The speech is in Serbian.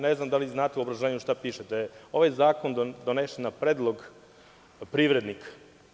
Ne znam da li znate u obrazloženju šta piše, da je ovaj zakon donesen na predlog privrednika.